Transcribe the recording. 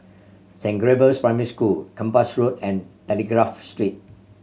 Saint Gabriel's Primary School Kempas Road and Telegraph Street